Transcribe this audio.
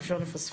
אי אפשר לפספס,